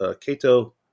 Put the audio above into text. Cato